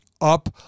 up